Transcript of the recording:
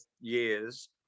years